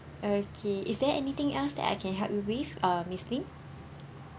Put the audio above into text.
okay is there anything else that I can help you with uh miss lim